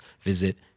visit